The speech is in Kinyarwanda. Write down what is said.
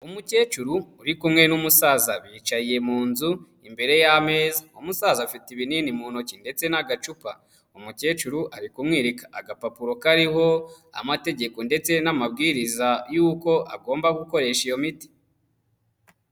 Umukecuru uri kumwe n'umusaza bicaye mu nzu imbere y'ameza, umusaza afite ibinini mu ntoki ndetse n'agacupa, umukecuru ari kumwereka agapapuro kariho amategeko ndetse n'amabwiriza y'uko agomba gukoresha iyo miti.